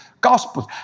Gospels